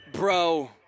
Bro